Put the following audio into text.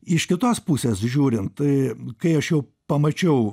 iš kitos pusės žiūrint kai aš jau pamačiau